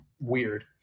weird